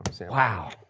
Wow